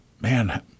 man